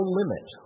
limit